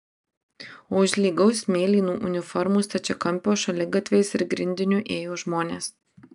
o už lygaus mėlynų uniformų stačiakampio šaligatviais ir grindiniu ėjo žmonės